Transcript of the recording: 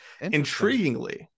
Intriguingly